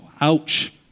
ouch